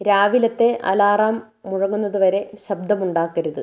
രാവിലത്തെ അലാറം മുഴങ്ങുന്നത് വരെ ശബ്ദമുണ്ടാക്കരുത്